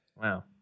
Wow